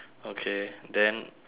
okay then